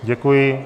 Děkuji.